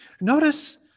Notice